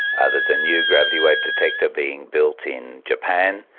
ah there's a new gravity wave detector being built in japan.